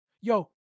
Yo